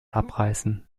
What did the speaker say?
abreißen